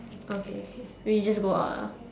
okay we just go out lah